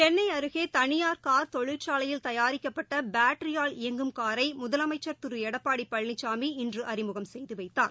சென்னைஅருகேதனியார் car தொழிற்சாலையில் தயாரிக்கப்பட்டபேட்டரியால் இயங்கும் காரைமுதலமைச்சர் திருஎடப்பாடிபழனிசாமி இன்றுஅறிமுகம் செய்துவைத்தார்